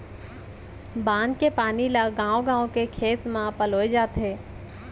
बांधा के पानी ल गाँव गाँव के खेत म पलोए जाथे